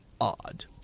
odd